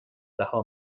رها